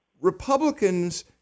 Republicans